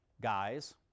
guys